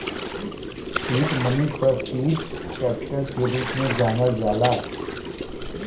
seed money क seed capital के रूप में जानल जाला